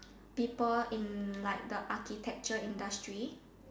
people in like the architecture industry